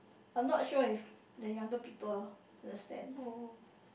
I'm not sure if the younger people understand